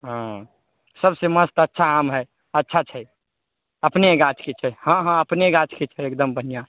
हँ सबसे मस्त अच्छा आम हइ अच्छा छै अपने गाछके छै हँ हँ अपने गाछके छै एगदम बढ़िआँ